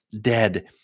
dead